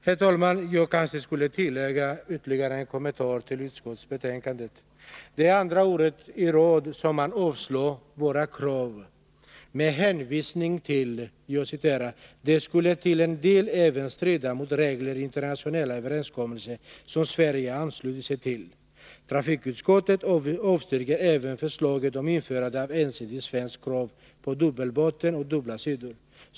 Herr talman! Jag skall tillägga ytterligare en kommentar till utskottsbetänkandet. Det är andra året i rad som utskottet avstyrker våra krav med hänvisning till följande: ”De skulle till en del även strida mot regler i internationella överenskommelser som Sverige anslutit sig till. Trafikutskottet avstyrkte även förslaget om införande av ensidigt svenskt krav på dubbelbotten och dubbla sidor.